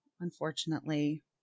Unfortunately